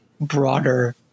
broader